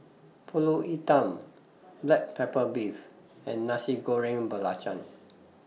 Pulut Hitam Black Pepper Beef and Nasi Goreng Belacan